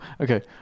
Okay